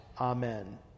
amen